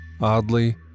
Oddly